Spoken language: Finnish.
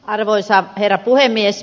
arvoisa herra puhemies